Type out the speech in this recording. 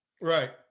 Right